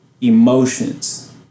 emotions